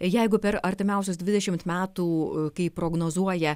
jeigu per artimiausius dvidešimt metų kaip prognozuoja